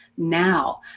Now